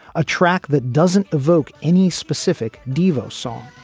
a track that doesn't evoke any specific devault song.